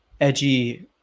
edgy